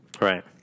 Right